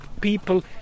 people